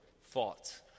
fought